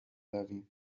برویم